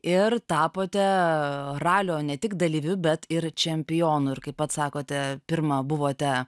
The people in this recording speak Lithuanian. ir tapote ralio ne tik dalyviu bet ir čempionu ir kaip pats sakote pirma buvote